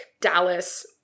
Dallas